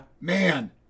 man